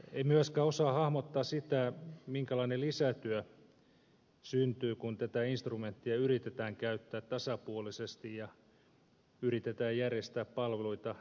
ei myöskään osaa hahmottaa sitä minkälainen lisätyö syntyy kun tätä instrumenttia yritetään käyttää tasapuolisesti ja yritetään järjestää palveluita tarpeen perusteella